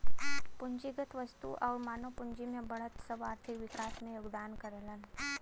पूंजीगत वस्तु आउर मानव पूंजी में बढ़त सब आर्थिक विकास में योगदान करलन